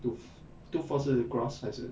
two two four 是 gross 还是